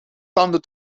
tanden